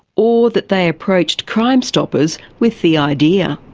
or that they approached crime stoppers with the idea.